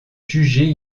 jugé